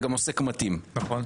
מי